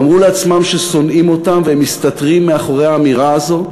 הם אמרו לעצמם ששונאים אותם והם מסתתרים מאחורי האמירה הזאת,